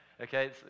Okay